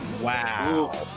Wow